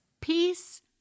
Peace